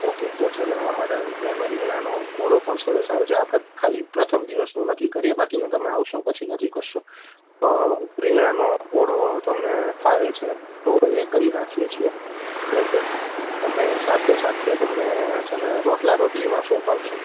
okay તો છેને અમારે તો ત્યાંનો રીંગણાંનો ઓળો પણ સરસ આવે છે આપણે ખાલી પ્રથમ દિવસનું નક્કી કરીએ બાકીનું તમે આવશો પછી નક્કી કરીશું રીંગણાંનો ઓળો તમને ફાવે છે તો એ કરી નાખીએ છીએ બરાબર અને સાથે સાથે તમને છેને રોટલા રોટલીમાં શું ભાવશે